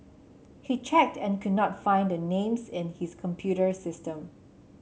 he checked and could not find the names in his computer system